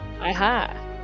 Aha